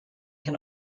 can